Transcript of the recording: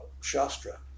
Shastra